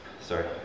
Sorry